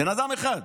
בן אדם אחד.